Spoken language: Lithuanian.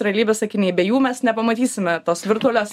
realybės akiniai be jų mes nepamatysime tos virtualios